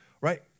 Right